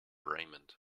raymond